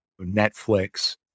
Netflix